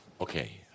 Okay